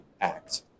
act